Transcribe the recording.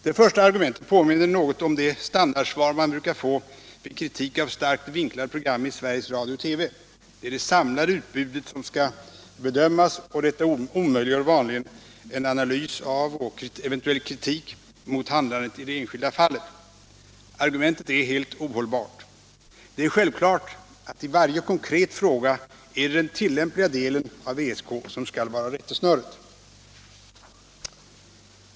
Det första argumentet påminner något om det standardsvar som man brukar få vid kritik av starkt vinklade program i Sveriges Radio och TV: Det är det samlade utbudet som skall bedömas, och detta omöjliggör då vanligen en analys av och eventuell kritik mot handlandet i det enskilda fallet. Argumentet är helt ohållbart; det är självklart att det i varje konkret fråga är den tillämpliga delen av ESK som skall vara rättesnöre.